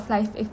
Life